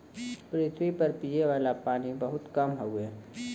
पृथवी पर पिए वाला पानी बहुत कम हउवे